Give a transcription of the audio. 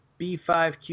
B5Q